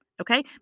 Okay